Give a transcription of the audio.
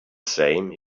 same